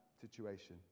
situation